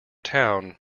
town